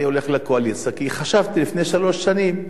אני הולך לקואליציה כי חשבתי לפני שלוש שנים כך.